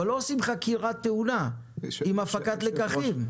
אבל לא עושים חקירת תאונה עם הפקת לקחים.